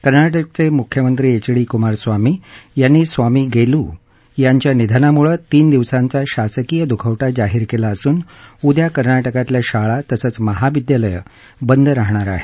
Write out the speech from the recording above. कर्ना क्रिचे मुख्यमंत्री एच डी कुमारस्वामी यांनी स्वामी गेलु यांच्या निधनामुळे तीन दिवसांचा शासकीय दुखवती जाहीर केला असून उदया कर्नाक्रातल्या शाळा तसंच महाविदयालयं बंद राहणार आहेत